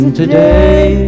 today